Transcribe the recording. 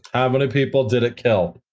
many people did it kill?